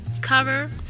cover